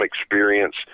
experience